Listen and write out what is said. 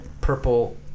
purple